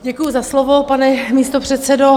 Děkuju za slovo, pane místopředsedo.